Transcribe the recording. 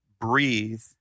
breathe